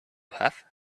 have